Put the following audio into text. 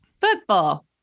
football